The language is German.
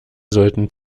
sollten